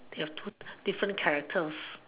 they have two different characters